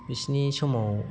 बिसोरनि समाव